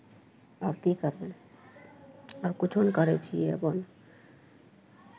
आओर की करबै आओर किछो नहि करै छियै अपन